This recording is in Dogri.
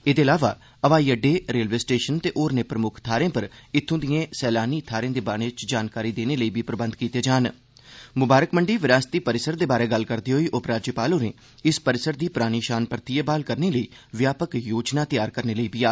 एह्दे इलावा हवाई अड्डे रेलवे स्टेशनें ते होरने प्रमुक्ख थाहरें पर इत्थूं दिए सैलानी थाहरें दे बारे च जानकारी देने लेई प्रबंध कीते जाना मुबारकमंडी विरासती परिसर दे बारे गल्ल करदे होई उपराज्यपाल होरें इस परिसर दी परानी शान परतियै ब्हाल करने लेई व्यापक योजना तैआर करने लेई आक्खेआ